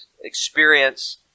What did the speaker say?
experience